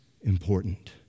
important